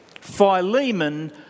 Philemon